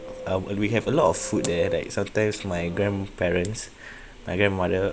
uh uh we have a lot of food there like sometimes my grandparents my grandmother